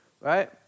Right